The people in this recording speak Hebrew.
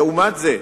לעומת זה,